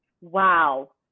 wow